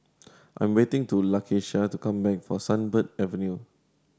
I am waiting to Lakeisha to come back from Sunbird Avenue